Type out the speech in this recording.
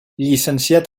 llicenciat